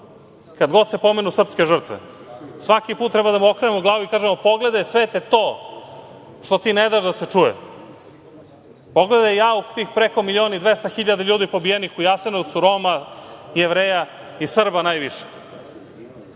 kada god se pomenu srpske žrtve. Svaki put treba da mu okrenu glavu i kažemo – pogledaj svete to što ti ne daš da se čuje. Pogledaj jauk tih preko milion i 200 hiljada ljudi pobijenih u Jasenovcu, Roma, Jevreja i Srba